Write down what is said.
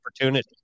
opportunity